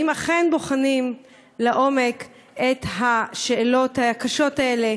אם אכן בוחנים לעומק את השאלות הקשות האלה,